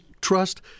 trust